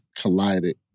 collided